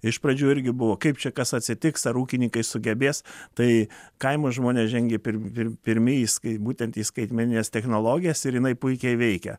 iš pradžių irgi buvo kaip čia kas atsitiks ar ūkininkai sugebės tai kaimo žmonės žengė pirm pirmieji į skai būtent į skaitmenines technologijas ir jinai puikiai veikia